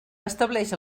estableix